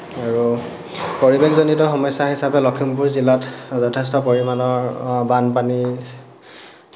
আৰু পৰিৱেশজনিত সমস্যা হিচাপে লখিমপুৰ জিলাত যথেষ্ট পৰিমাণৰ বানপানী